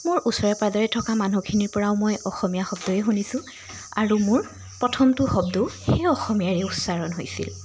মোৰ ওচৰে পাঁজৰে থকা মানুহখিনিৰ পৰাও মই অসমীয়া শব্দই শুনিছোঁ আৰু মোৰ প্ৰথমটো শব্দও সেই অসমীয়াৰেই উচ্চাৰণ হৈছিল